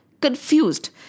confused